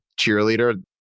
cheerleader